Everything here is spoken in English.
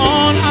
on